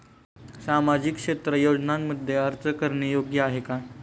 सामाजिक क्षेत्र योजनांमध्ये अर्ज करणे योग्य आहे का?